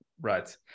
right